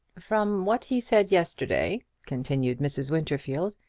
from what he said yesterday, continued mrs. winterfield,